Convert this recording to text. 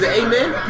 amen